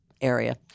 area